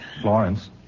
Florence